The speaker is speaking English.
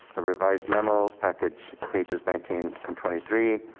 a revised memo, package pages nineteen and twenty three.